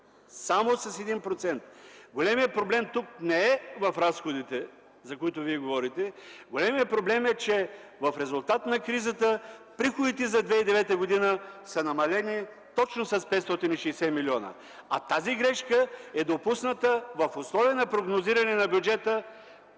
Само с 1%! Големият проблем тук не е в разходите, за които говорите. Големият проблем е, че в резултат на кризата приходите за 2009 г. са намалени точно с 560 милиона. Тази грешка е допусната в условия на прогнозиране на бюджета,